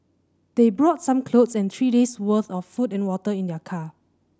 they brought some clothes and three days' worth of food and water in their car